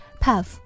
puff